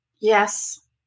Yes